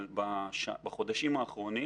בחודשים האחרונים